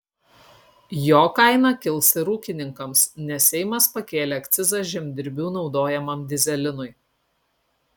jo kaina kils ir ūkininkams nes seimas pakėlė akcizą žemdirbių naudojamam dyzelinui